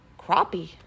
Crappie